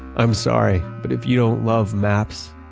i'm sorry, but if you don't love maps,